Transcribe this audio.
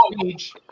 page